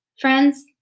friends